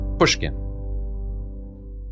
Pushkin